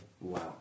Wow